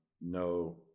no